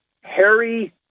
Harry